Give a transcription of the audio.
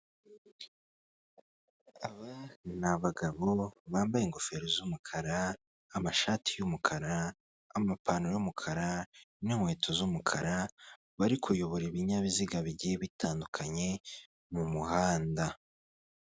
Aba ni abagabo bambaye ingofero z'umukara amashati y'umukara, amapantaro y'umukara n'inkweto z'umukara bari kuyobora ibinyabiziga bigiye bitandukanye mu muhanda.